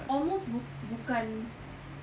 almost buk~ bukan